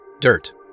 DIRT